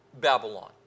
Babylon